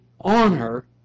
honor